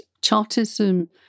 chartism